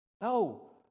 No